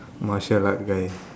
martial art guy